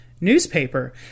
newspaper